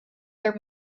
their